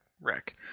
wreck